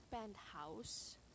Penthouse